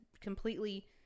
completely